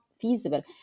feasible